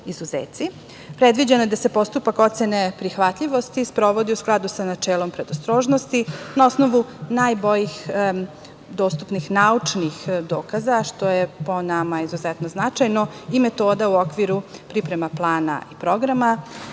izuzeci. Predviđeno je da se postupak ocene prihvatljivosti sprovodi u skladu sa načelom predostrožnosti na osnovu najboljih dostupnih, naučnih dokaza što je po nama izuzetno značajno i metoda u okviru priprema plana i programa.